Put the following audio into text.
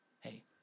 hey